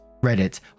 Reddit